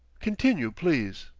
continue, please.